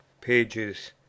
pages